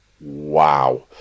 wow